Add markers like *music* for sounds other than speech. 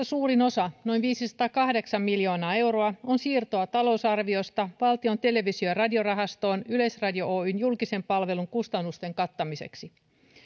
*unintelligible* suurin osa noin viisisataakahdeksan miljoonaa euroa on siirtoa talousarviosta valtion televisio ja radiorahastoon yleisradio oyn julkisen palvelun kustannusten kattamiseksi